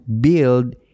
build